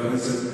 שם,